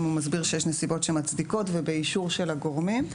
הוא מסביר שיש נסיבות שמצדיקות ובאישור של הגורמים.